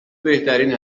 بهترین